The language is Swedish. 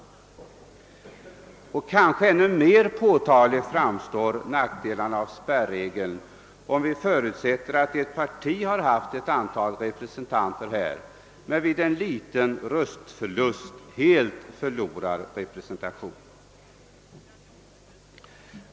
Som kanske ännu mer påtagliga framstår nackdelarna av spärregeln, om vi förutsätter att ett parti har haft ett antal representanter i riksdagen men vid en liten röstförlust helt förlorar sin representation.